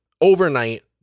overnight